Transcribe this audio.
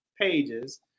pages